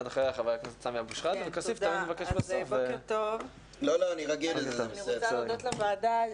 בוקר טוב, אני רוצה להודות לוועדה.